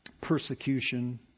persecution